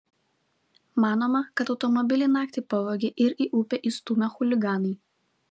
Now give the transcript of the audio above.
manoma kad automobilį naktį pavogė ir į upę įstūmė chuliganai